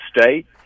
State